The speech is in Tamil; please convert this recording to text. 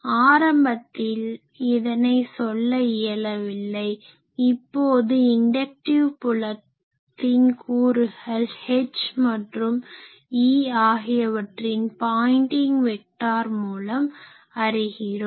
ஆரம்பத்தில் இதனை சொல்ல இயலவில்லை இப்போது இன்டக்டிவ் புலத்தின் கூறுகள் H மற்றும் E ஆகியவற்றின் பாயின்டிங் வெக்டார் மூலம் அறிகிறோம்